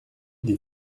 des